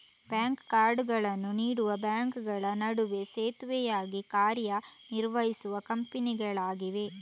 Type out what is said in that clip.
bank ಕಾರ್ಡುಗಳನ್ನು ನೀಡುವ ಬ್ಯಾಂಕುಗಳ ನಡುವೆ ಸೇತುವೆಯಾಗಿ ಕಾರ್ಯ ನಿರ್ವಹಿಸುವ ಕಂಪನಿಗಳಾಗಿವೆ